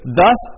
thus